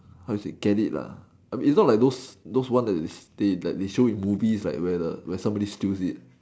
how you say get it it's not like those those one that they show in movie like somebody steals it